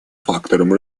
фактором